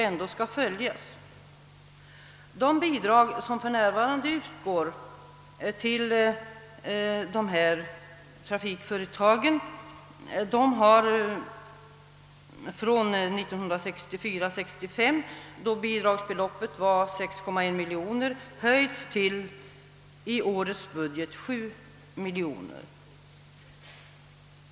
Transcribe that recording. De bidrag, som för närvarande utgår till trafikföretagen, har från budgetåret 1964/65, då bidragsbeloppet var 6,1 miljoner kronor, i årets budget höjts till 7 miljoner.